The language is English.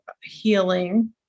healing